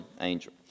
angel